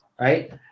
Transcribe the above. right